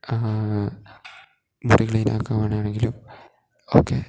മുറി ക്ലീനാക്കാനാണെങ്കിലും ക്കെ